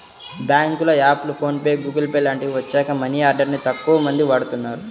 బ్యేంకుల యాప్లు, PhonePe, Google Pay లాంటివి వచ్చాక మనీ ఆర్డర్ ని తక్కువమంది వాడుతున్నారు